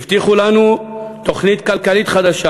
הבטיחו לנו תוכנית כלכלית חדשה.